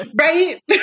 Right